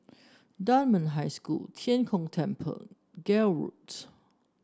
Dunman High Hostel Tian Kong Temple Gul Road